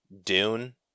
Dune